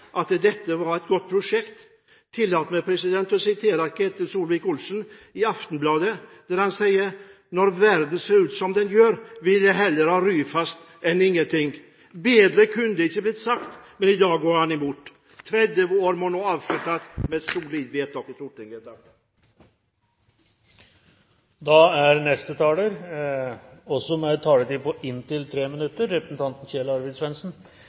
at dette var et godt prosjekt. Tillat meg å sitere Ketil Solvik-Olsen i Aftenbladet, der han sier: «Når verden ser ut som den gjør, vil jeg heller ha Ryfast enn ingenting.» Bedre kunne det ikke vært sagt, men i dag går han imot. Tredje vår må nå avsluttes med et solid vedtak på Stortinget. Dette er en stor dag. Det er en merkedag for Ryfylke, og